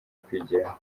kwigiraho